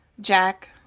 Jack